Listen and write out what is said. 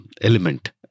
element